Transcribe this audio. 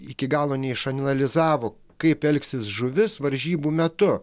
iki galo neišanalizavo kaip elgsis žuvis varžybų metu